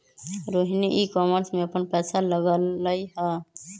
Rohini e commerce में अप्पन पैसा लगअलई ह